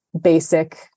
basic